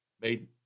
made